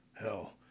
Hell